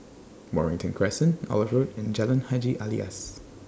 Mornington Crescent Olive Road and Jalan Haji Alias